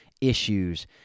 issues